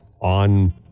on